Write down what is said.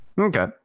Okay